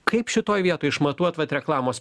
kaip šitoj vietoj išmatuot vat reklamos